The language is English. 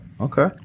Okay